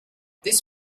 this